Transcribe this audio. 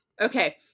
Okay